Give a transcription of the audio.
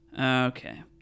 okay